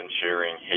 sharing